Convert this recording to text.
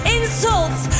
insults